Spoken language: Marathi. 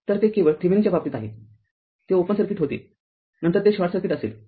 तरते केवळ थेविनिनच्या बाबतीत आहे ते ओपन सर्किट होते नॉर्टनमध्ये ते शॉर्ट सर्किट असेल